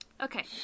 Okay